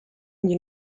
you